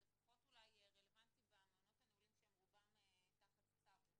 זה פחות רלוונטי במעונות הנעולים שהם רובם תחת צו,